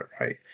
right